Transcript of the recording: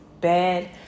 bad